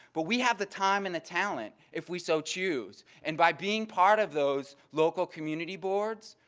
but we have the time and the talent if we so choose. and by being part of those local community boards,